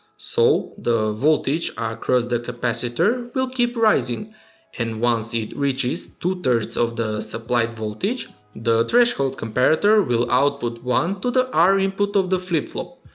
so the voltage ah across the capacitor will keep rising and once it reaches two three of the supplied voltage the threshold comparator will output one to the r input of the flip-flop.